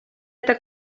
eta